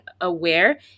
aware